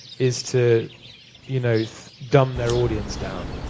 is to you know dumb their audience down,